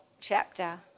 chapter